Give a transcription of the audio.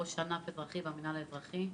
ראש ענף אזרחי במינהל האזרחי.